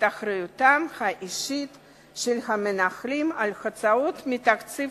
אחריותם האישית של המנהלים על הוצאות מתקציב